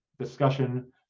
discussion